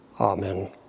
Amen